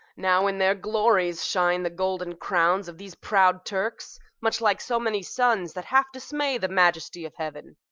now in their glories shine the golden crowns of these proud turks, much like so many suns that half dismay the majesty of heaven.